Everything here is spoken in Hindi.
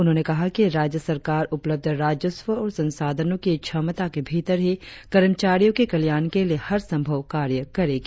उन्होंने कहा कि राज्य सरकार उपलब्ध राजस्व और संसाधनो की क्षमता के भीतर ही कर्मचारियो के कल्याणा के लिए हर संभाव कार्य करेगी